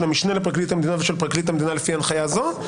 המשנה לפרקליט המדינה ושל פרקליט המדינה לפי הנחייה זו.